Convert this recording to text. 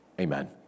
amen